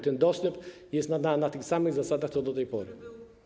Ten dostęp jest na tych samych zasadach co do tej pory.